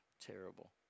Terrible